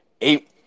eight